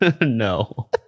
No